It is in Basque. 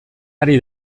ari